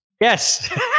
Yes